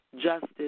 justice